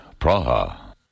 Praha